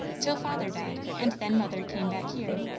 till father died, and then mother came back here.